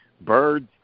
Birds